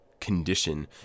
condition